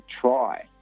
try